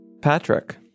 Patrick